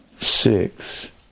six